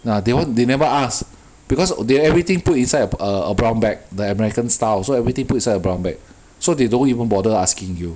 ah they want they never ask because they everything put inside a a brown bag the american style so everything put inside the brown bag so they don't even bother asking you